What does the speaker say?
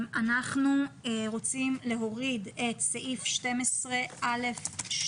אנחנו רוצים להוריד את סעיף 12(א)(2),